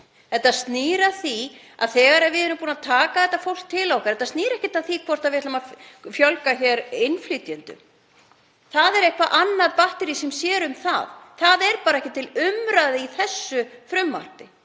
Þetta snýr að því að þegar við erum búin að taka þetta fólk til okkar — þetta snýr ekkert að því hvort við ætlum að fjölga hér innflytjendum, það er annað batterí sem sér um það. Það er bara ekki til umræðu í þessu frumvarpi.